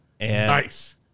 Nice